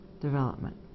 development